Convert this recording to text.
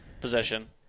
position